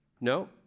No